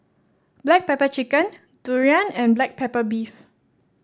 Black Pepper Chicken durian and Black Pepper Beef